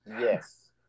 Yes